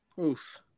Oof